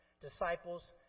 disciples